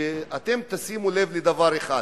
שאתם תשימו לב לדבר אחד,